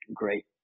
great